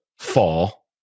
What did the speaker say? fall